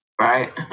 right